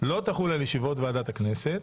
לא תחול על ישיבות ועדת הכנסת